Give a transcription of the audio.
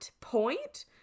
point